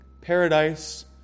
paradise